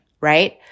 right